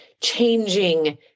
changing